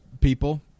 people